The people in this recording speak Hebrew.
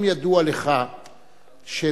האם ידוע לך שדוח-פראוור,